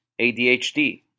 ADHD